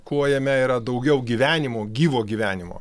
kuo jame yra daugiau gyvenimo gyvo gyvenimo